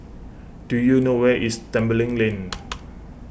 do you know where is Tembeling Lane